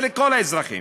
ולכל האזרחים,